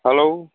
hello